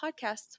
Podcasts